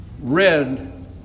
read